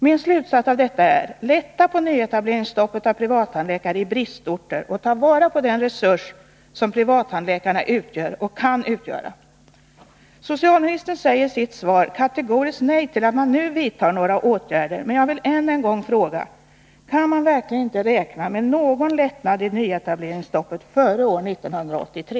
Min slutsats är: Lätta på nyetableringsstoppet för privattandläkare i bristorter och ta vara på den resurs som privattandläkarna utgör och kan utgöra. Socialministern säger i sitt svar kategoriskt nej till att nu vidta några åtgärder, men jag vill än en gång fråga: Kan man verkligen inte räkna med någon lättnad i nyetableringsstoppet före år 1983?